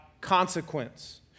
consequence